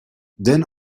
denn